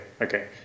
okay